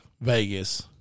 Vegas